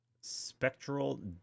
spectral